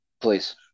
please